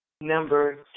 number